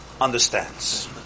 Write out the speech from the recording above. understands